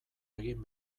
egin